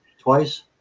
twice